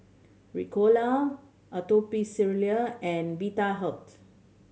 Ricola Atopiclair and Vitahealth